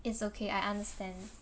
it's okay I understand